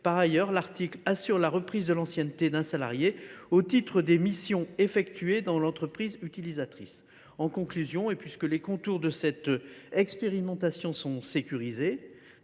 Par ailleurs, le texte garantit la reprise de l’ancienneté d’un salarié au titre des missions effectuées dans l’entreprise utilisatrice. Pour conclure, puisque les contours de cette nouvelle expérimentation sont sécurisés